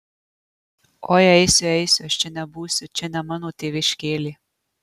oi eisiu eisiu aš čia nebūsiu čia ne mano tėviškėlė